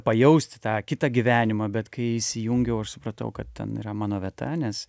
pajausti tą kitą gyvenimą bet kai įsijungiau aš supratau kad ten yra mano vieta nes